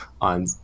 on